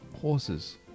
horses